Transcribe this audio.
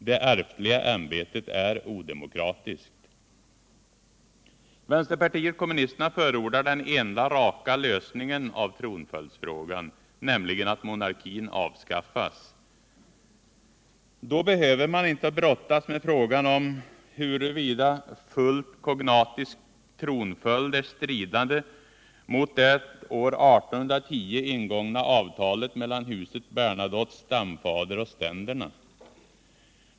Det ärftliga ämbetet är odemokratiskt. Vänsterpartiet kommunisterna förordar den enda raka lösningen av tronföljdsfrågan, nämligen att monarkin avskaffas. Då behöver man inte brottas med frågan om huruvida fullt kognatisk tronföljd ”är stridande mot det år 1810 ingångna avtalet mellan huset Bernadottes stamfader och ständerna”.